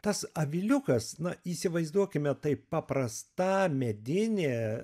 tas aviliukas na įsivaizduokime tai paprasta medinė